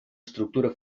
estructura